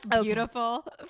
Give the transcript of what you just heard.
beautiful